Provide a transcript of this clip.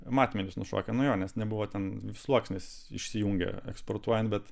matmenys nušokę nuo jo nes nebuvo ten sluoksnis išsijungia eksportuojant bet